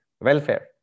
welfare